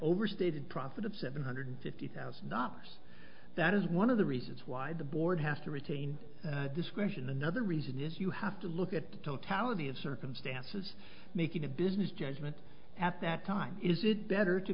overstated profit of seven hundred fifty thousand dollars that is one of the reasons why the board has to retain discretion another reason is you have to look at the totality of circumstances making a business judgment at that time is it better to